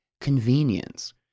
convenience